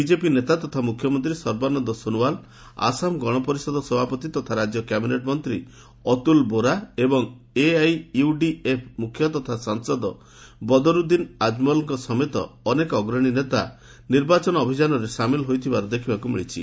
BJP ନେତା ତଥା ମୁଖ୍ୟମନ୍ତ୍ରୀ ସର୍ବାନନ୍ଦ ସୋନୋୱାଲ ଆସାମ ଗଣପରିଷଦ ସଭାପତି ତଥା ରାଜ୍ୟ କ୍ୟାବିନେଟ୍ ମନ୍ତ୍ରୀ ଅତୁଲ ବୋରା ଏବଂ ଏଆଇୟୁଡିଏଫ୍ ମୁଖ୍ୟ ତଥା ସାଂସଦ ବଦରୁଦ୍ଦିନ ଆଜମଲଙ୍କ ସମେତ ଅନେକ ଅଗ୍ରଣୀ ନେତା ନିର୍ବାଚନ ଅଭିଯାନରେ ସାମିଲ ହୋଇଥିବାର ଦେଖିବାକୁ ମିଳିଛି